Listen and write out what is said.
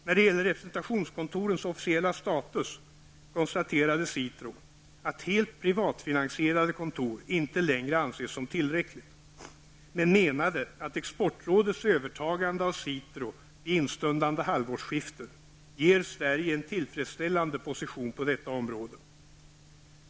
När det gäller representationskontorets officiella status konstaterade SITRO, att helt privatfinansierade kontor inte längre anses tillräckligt, men menade att Exportrådets övertagande av SITRO vid instundande halvårsskifte ger Sverige en tillfredsställande position på detta område.